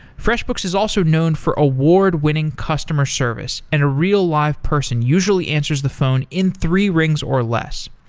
freshbooks is also known for award-winning customer service and a real live person usually answers the phone in three rings or less.